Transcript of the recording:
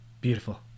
Beautiful